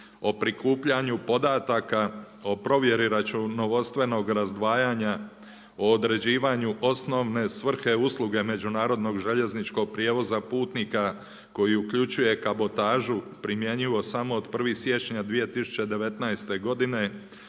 o prikupljanju podataka, o provjeri računovodstvenog razdvajanja, o određivanju osnovne svrhe usluge međunarodnog željezničkog prijevoza putnika koji uključuje kabotažu primjenjivo samo od 1. siječnja 2019. godine